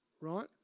right